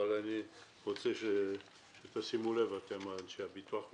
אבל אני רוצה שתשימו לב, אתם אנשי הביטוח הלאומי,